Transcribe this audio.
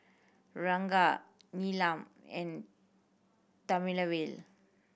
Ranga Neelam and Thamizhavel